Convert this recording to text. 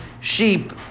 sheep